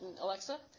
Alexa